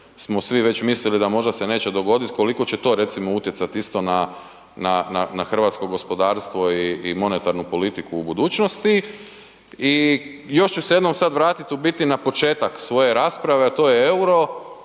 svi već mislili da možda se neće dogodit, koliko će to recimo utjecat isto na, na, na hrvatsko gospodarstvo i monetarnu politiku u budućnosti i još ću se jednom sad vratit u biti na početak svoje rasprave, a to je EUR-o,